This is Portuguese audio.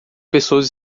pessoas